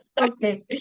Okay